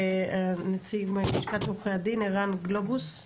נציג מלשכת עורכי הדין ערן גלובוס,